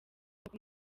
n’uko